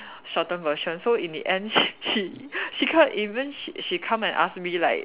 shorten version so in the end she she she co~ even she she come and ask me like